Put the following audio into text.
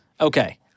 Okay